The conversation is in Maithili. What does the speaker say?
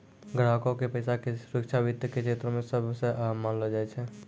ग्राहको के पैसा के सुरक्षा वित्त के क्षेत्रो मे सभ से अहम मानलो जाय छै